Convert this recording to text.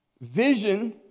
Vision